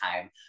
time